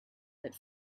that